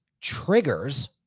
triggers